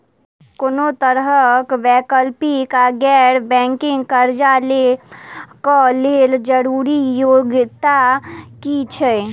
कोनो तरह कऽ वैकल्पिक वा गैर बैंकिंग कर्जा लेबऽ कऽ लेल जरूरी योग्यता की छई?